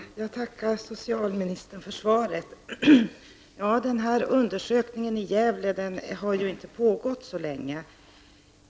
Herr talman! Jag tackar socialministern för svaret. Den här undersökningen i Gävle har ju inte pågått så länge.